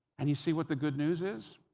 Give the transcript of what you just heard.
and you see what the good news is?